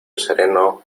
sereno